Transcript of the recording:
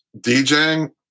DJing